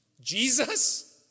Jesus